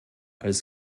als